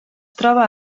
troba